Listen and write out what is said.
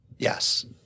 Yes